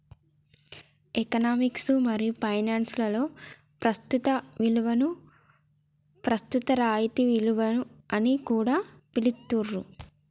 economics మరియు finance లలో ప్రస్తుత విలువని ప్రస్తుత రాయితీ విలువ అని కూడా పిలుత్తాండ్రు